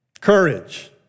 Courage